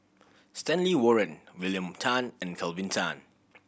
Stanley Warren William Tan and Kelvin Tan